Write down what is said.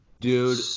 Dude